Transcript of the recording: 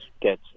get